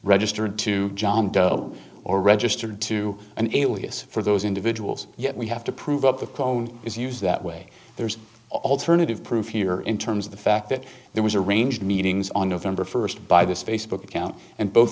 registered to john doe or registered to an alias for those individuals yet we have to prove up the phone is used that way there's alternative proof here in terms of the fact that there was a range meetings on november first by this facebook account and both